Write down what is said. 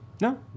No